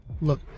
look